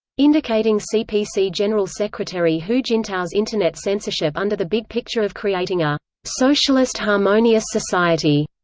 indicating cpc general secretary hu jintao's internet censorship under the big picture of creating a socialist harmonious society.